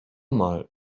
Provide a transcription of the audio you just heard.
mal